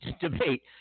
debate